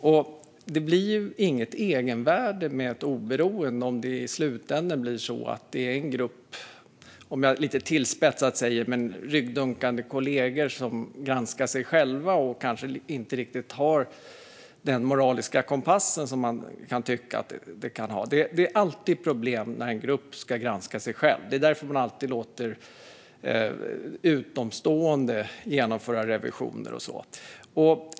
Ett oberoende har inget egenvärde om det i slutänden blir, lite tillspetsat, en grupp ryggdunkande kollegor utan moralisk kompass som granskar sig själva. Det är alltid problem när en grupp ska granska sig själv. Det är därför man alltid låter utomstående genomföra till exempel revisioner.